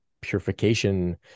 purification